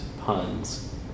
puns